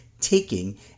taking